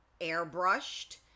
airbrushed